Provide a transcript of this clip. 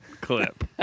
clip